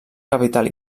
capital